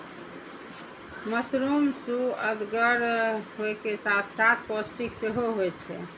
mushroom सुअदगर होइ के साथ साथ पौष्टिक सेहो होइ छै